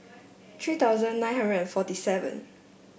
three thousand nine hundred and forty seven